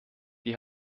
die